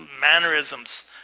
mannerisms